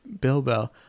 Bilbo